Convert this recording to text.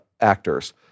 actors